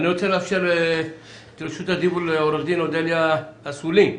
אני רוצה לתת את רשות הדיבור לעו"ד אודליה אסולין.